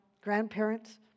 grandparents